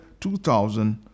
2000